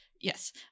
yes